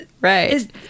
right